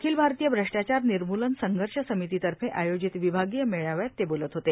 अखिल भारतीय भ्रष्टाचार निर्मूलन संघर्ष समितीतर्फे आयोजित विभागीय मेळाव्यात ते बोलत होते